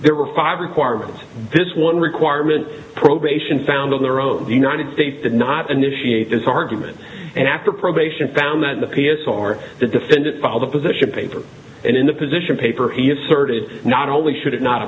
there were five requirements this one requirement probation found on their own the united states did not initiate this argument and after probation found that the p s or the defendant filed a position paper and in the position paper he asserted not only should it not